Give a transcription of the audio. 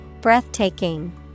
Breathtaking